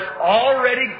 already